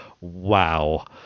wow